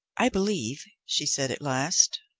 i believe, she said at last,